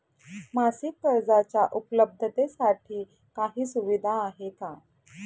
मासिक कर्जाच्या उपलब्धतेसाठी काही सुविधा आहे का?